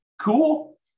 Cool